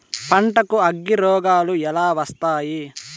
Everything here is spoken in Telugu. పంటకు అగ్గిరోగాలు ఎలా వస్తాయి?